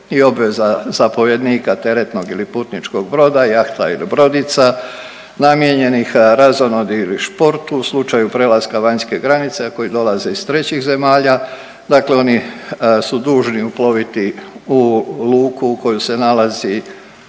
i obveza zapovjednika teretnog ili putničkog broda, jahta ili brodica namijenjenih razonodi ili športu u slučaju prelaska vanjske granice, a koji dolaze iz trećih zemalja, dakle oni su dužni uploviti u luku u kojoj se nalazi